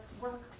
work